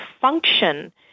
function